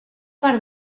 part